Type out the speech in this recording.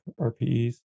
RPEs